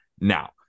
Now